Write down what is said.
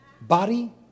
Body